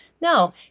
No